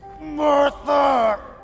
Martha